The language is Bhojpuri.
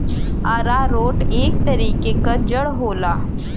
आरारोट एक तरीके क जड़ होला